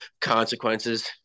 consequences